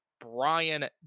Brian